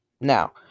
now